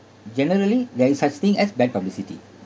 generally there is such thing as bad publicity